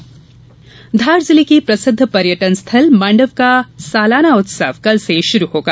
मांडव उत्सव धार जिले के प्रसिद्ध पर्यटन स्थल माण्डव का सालाना उत्सव कल से शुरू होगा